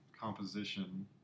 composition